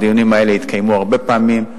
הדיונים האלה התקיימו הרבה פעמים,